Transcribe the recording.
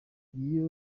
iyo